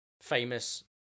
famous